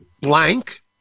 blank